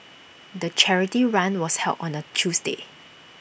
the charity run was held on A Tuesday